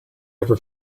ever